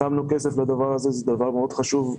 שמנו כסף לדבר הזה שהוא מאוד חשוב.